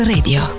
Radio